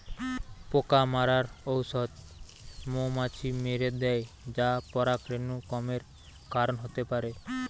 পোকা মারার ঔষধ মৌমাছি মেরে দ্যায় যা পরাগরেণু কমের কারণ হতে পারে